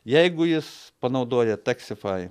jeigu jis panaudoja taksifai